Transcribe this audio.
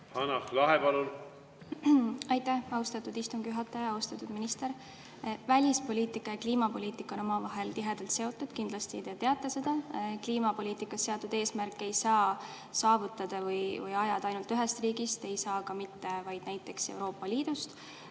Aitäh, austatud istungi juhataja! Austatud minister! Välispoliitika ja kliimapoliitika on omavahel tihedalt seotud, kindlasti te teate seda. Kliimapoliitikas seatud eesmärke ei saa saavutada või ajada ainult ühest riigist, ei saa ka mitte vaid näiteks Euroopa Liidust.